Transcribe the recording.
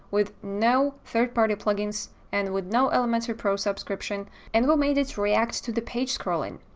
with no third-party plugins and with no elementary pro subscription and we made it react to the page scrolling,